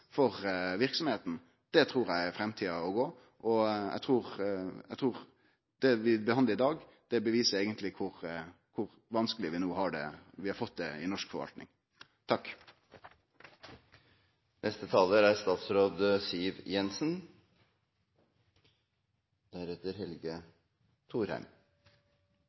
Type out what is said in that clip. for verksemda, trur eg er framtida. Eg trur det vi behandlar i dag, beviser kor vanskeleg vi har fått det i norsk